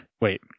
Wait